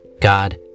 God